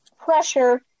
pressure